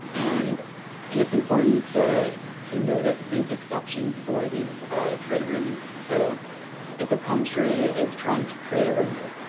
and and its important to to notice these exceptions for these trade agreements. so if a country is trying to create a